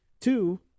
Two